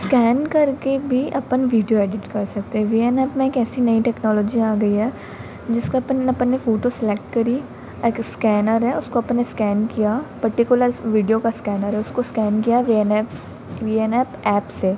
scan करके भी अपन वीडियो एडिट कर सकते है वी एन ऐप में एक ऐसी नई टेक्नोलॉजी आ गई है जिसका अपन अपन ने फ़ोटो सेलेक्ट करी एक स्कैनर है उसको अपन ने स्कैन किया पर्टीकुलर वीडियो का स्कैनर है उसको स्कैन किया V N app V N app app से